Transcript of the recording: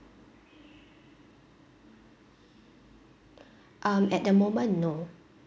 um at the moment no